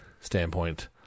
standpoint